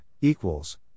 equals